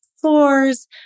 floors